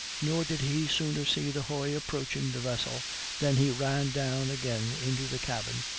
nor did he sooner see the hoy approaching the vessel than he ran down again into the cabin,